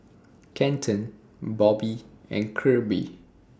Kenton Bobbie and Kirby